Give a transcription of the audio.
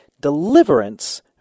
deliverance